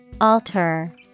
Alter